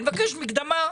אני מבקש מקדמה.